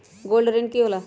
Gold ऋण की होला?